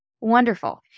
wonderful